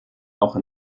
auch